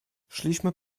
szliśmy